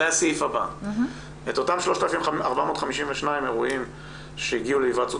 את אותם 3,452 אירועים שהגיעו להיוועצות